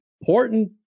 Important